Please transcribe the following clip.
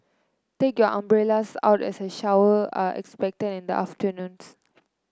take your umbrellas out as a shower are expected in the afternoons